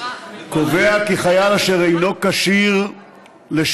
קובע כי חייל אשר אינו כשיר לשירות,